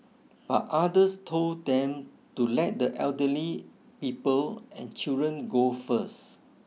but others told them to let the elderly people and children go first